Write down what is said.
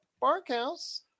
Barkhouse